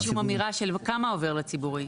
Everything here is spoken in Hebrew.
אין כאן שום אמירה של כמה עובר לציבורי,